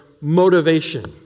motivation